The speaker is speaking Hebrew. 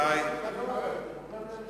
וכל פעם אנחנו חיים את החיים